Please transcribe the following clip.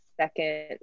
second